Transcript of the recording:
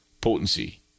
potency